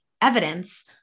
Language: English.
evidence